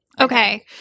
Okay